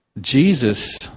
Jesus